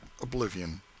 oblivion